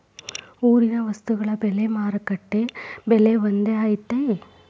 ಊರಿನ ವಸ್ತುಗಳ ಬೆಲೆ ಮಾರುಕಟ್ಟೆ ಬೆಲೆ ಒಂದ್ ಐತಿ?